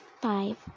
five